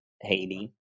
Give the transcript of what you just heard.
Haiti